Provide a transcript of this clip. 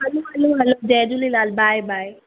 हलो hello hello जय Jhulelal bye by